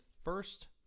first